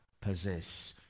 possess